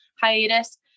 hiatus